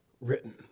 written